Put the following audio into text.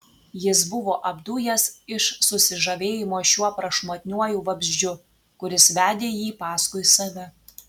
jis buvo apdujęs iš susižavėjimo šiuo prašmatniuoju vabzdžiu kuris vedė jį paskui save